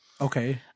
Okay